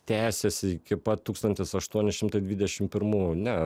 tęsiasi iki pat tūkstantis aštuoni šimtai dvidešim pirmųjų ne